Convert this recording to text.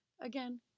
again